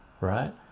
right